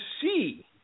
see